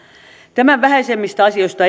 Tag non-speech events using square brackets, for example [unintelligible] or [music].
tämän vähäisemmistä asioista [unintelligible]